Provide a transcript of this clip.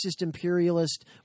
imperialist